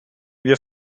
wir